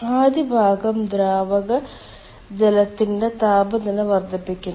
ആദ്യ ഭാഗം ദ്രാവക ജലത്തിന്റെ താപനില വർദ്ധിപ്പിക്കുന്നു